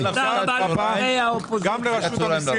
היא לא הקריאה את הסעיף.